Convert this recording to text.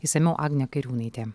išsamiau agnė kairiūnaitė